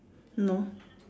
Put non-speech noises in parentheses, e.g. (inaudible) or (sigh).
no (noise)